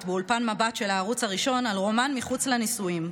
באולפן מבט של הערוץ הראשון על רומן מחוץ לנישואין.